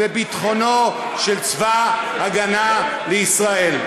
וביטחונו של צבא ההגנה לישראל.